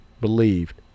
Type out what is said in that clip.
believed